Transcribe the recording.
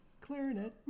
clarinet